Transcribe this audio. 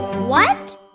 what!